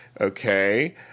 Okay